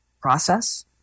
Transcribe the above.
process